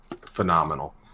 phenomenal